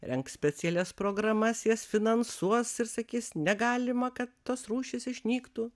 rengs specialias programas jas finansuos ir sakys negalima kad tos rūšys išnyktų